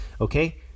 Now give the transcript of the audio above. okay